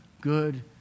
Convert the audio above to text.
good